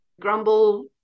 grumble